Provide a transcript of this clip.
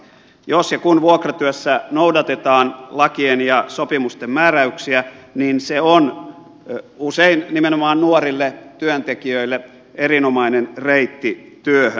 jos ja kun vuokratyössä noudatetaan lakien ja sopimusten määräyksiä niin se on usein nimenomaan nuorille työntekijöille erinomainen reitti työhön